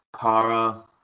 Kara